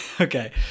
Okay